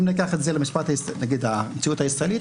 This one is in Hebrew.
אם ניקח את זה למציאות הישראלית,